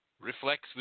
reflects